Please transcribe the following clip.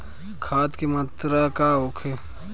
खाध के मात्रा का होखे?